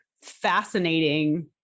fascinating